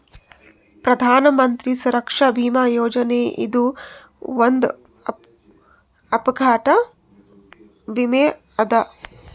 ಪ್ರಧಾನ್ ಮಂತ್ರಿ ಸುರಕ್ಷಾ ಭೀಮಾ ಯೋಜನೆ ಇದು ಒಂದ್ ಅಪಘಾತ ವಿಮೆ ಅದ